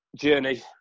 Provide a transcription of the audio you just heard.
journey